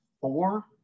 four